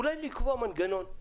אולי לקבוע מנגנון,